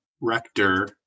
rector